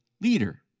leader